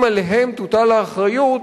אם עליהם תוטל האחריות,